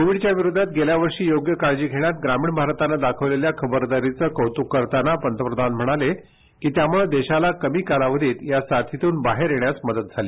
कोविडच्या विरोधात गेल्या वर्षी योग्य प्रादेशिक बातमीपत्र काळजी घेण्यात ग्रामीण भारतानं दाखविलेल्या खबरदारीचं कौतुक करताना पंतप्रधान म्हणाले की त्यामुळं देशाला कमी कालावधीत या साथीतून बाहेर येण्यास मदत झाली